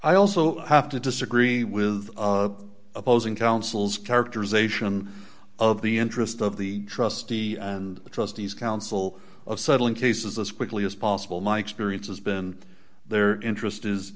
i also have to disagree with opposing counsel's characterization of the interest of the trustee and the trustees counsel of settling cases as quickly as possible my experience has been their interest is